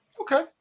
Okay